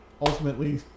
ultimately